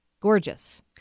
gorgeous